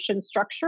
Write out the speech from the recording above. structure